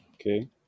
Okay